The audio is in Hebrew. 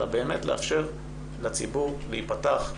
אלא באמת לאפשר לציבור להיפתח,